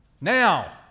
Now